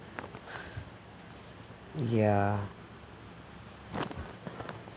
ya